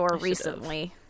recently